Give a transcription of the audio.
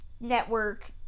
network